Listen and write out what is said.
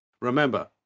remember